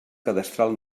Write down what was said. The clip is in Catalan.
cadastral